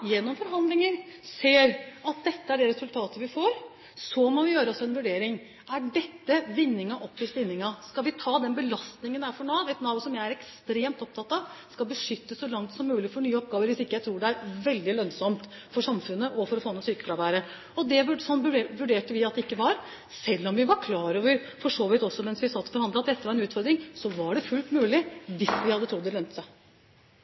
gjennom forhandlinger ser at dette er det resultatet vi får, må vi vurdere om vinningen går opp i spinningen. Skal vi ta den belastningen det er for Nav, et Nav som jeg er ekstremt opptatt av skal beskyttes så langt som mulig for nye oppgaver, hvis jeg ikke tror det vil være veldig lønnsomt for samfunnet og for å få ned sykefraværet? Slik vurderte vi at det ikke var. Selv om vi var klar over, for så vidt også mens vi satt og forhandlet, at dette var en utfordring, var det fullt mulig hvis vi hadde trodd at det lønte seg.